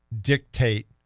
dictate